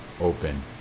open